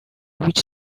which